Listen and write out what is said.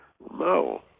No